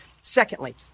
secondly